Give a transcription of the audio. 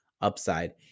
upside